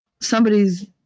Somebody's